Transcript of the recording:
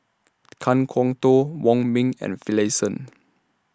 Kan Kwok Toh Wong Ming and Finlayson